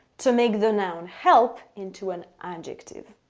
to make the noun help into an adjective.